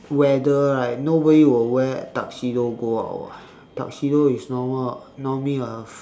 weather right nobody will wear tuxedo go out [what] tuxedo is normal normally a